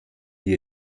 die